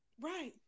Right